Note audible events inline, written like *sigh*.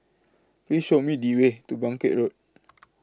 Please Show Me The Way to Bangkit Road *noise*